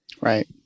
Right